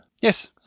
Yes